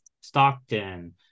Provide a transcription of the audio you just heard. Stockton